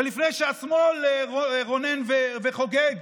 ולפני שהשמאל רונן וחוגג